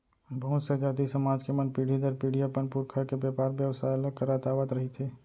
बहुत से जाति, समाज के मन पीढ़ी दर पीढ़ी अपन पुरखा के बेपार बेवसाय ल करत आवत रिहिथे